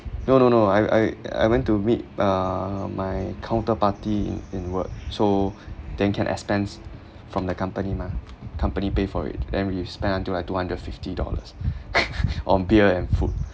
no no no I I I went to meet uh my counterparty in in work so then can expense from the company mah company pay for it then we spend until like two hundred fifty dollars on beer and food